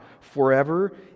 forever